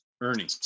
Ernie